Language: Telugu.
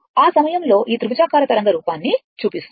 ఆ సమయంలో ఈ త్రిభుజాకార తరంగ రూపాన్ని చూపిస్తుంది